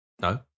No